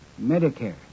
Medicare